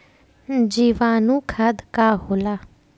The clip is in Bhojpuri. जीवाणु खाद का होला?